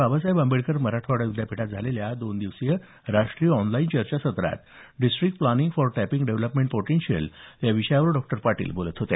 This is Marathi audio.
बाबासाहेब आंबेडकर मराठवाडा विद्यापीठात झालेल्या दोन दिवसीय राष्ट्रीय ऑनलाइन चर्चासत्रात district planning for tapping development potential या विषयावर डॉ पाटील बोलत होते